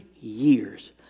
years